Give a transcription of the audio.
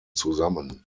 zusammen